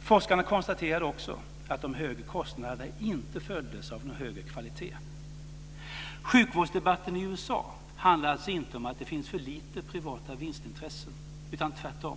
Forskarna konstaterade också att de högre kostnaderna inte följdes av en högre kvalitet. Sjukvårdsdebatten i USA handlar alltså inte om att det finns för lite privata vinstintressen, tvärtom.